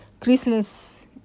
Christmas